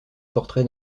portraits